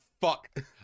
fuck